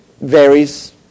varies